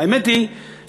האמת היא שבעיני,